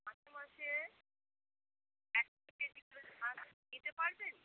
মাসে মাসে এক কেজি করে ধান দিতে পারবেন